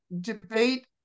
debate